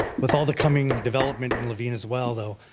with all the coming development in laveen as well, though,